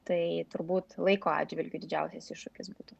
tai turbūt laiko atžvilgiu didžiausias iššūkis būtų